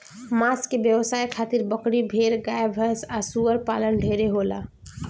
मांस के व्यवसाय खातिर बकरी, भेड़, गाय भैस आ सूअर पालन ढेरे होला